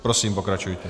Prosím, pokračujte.